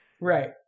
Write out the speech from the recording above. right